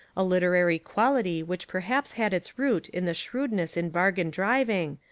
a literary quality which perhaps had its root in the shrewd ness in bargain-driving,